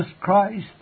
Christ